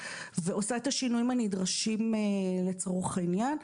ועושה את השינויים הנדרשים לצורך העניין.